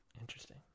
Interesting